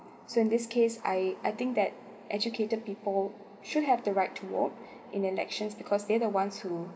so in this case I I think that educated people should have the right to vote in elections because they're the ones who